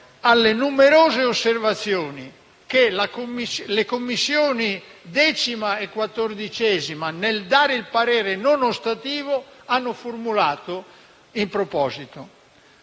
alle numerose osservazioni che le Commissioni 10a e 14a, nel dare parere non ostativo, hanno formulato in proposito.